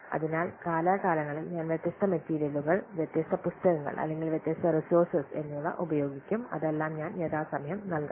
അതിനാൽ കാലാകാലങ്ങളിൽ ഞാൻ വ്യത്യസ്ത മെറ്റീരിയലുകൾ വ്യത്യസ്ത പുസ്തകങ്ങൾ അല്ലെങ്കിൽ വ്യത്യസ്ത റിസോർസെസ് എന്നിവ ഉപയോഗിക്കും അതെല്ലാം ഞാൻ യഥാസമയം നൽകാം